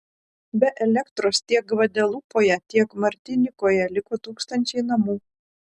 be elektros tiek gvadelupoje tiek martinikoje liko tūkstančiai namų